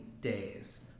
days